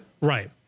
Right